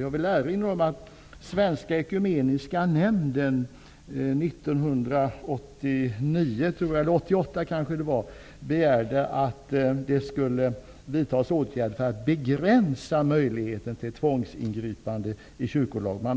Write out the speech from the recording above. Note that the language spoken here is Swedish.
Jag vill erinra om att Svenska ekumeniska nämnden, 1988 eller möjligen 1989, begärde att det skulle vidtas åtgärder för att möjligheten till tvångsingripanden skulle begränsas